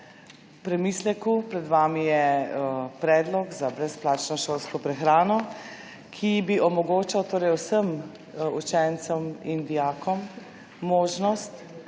k premisleku. Pred vami je predlog za brezplačno šolsko prehrano, ki bi omogočal vsem učencem in dijakom možnost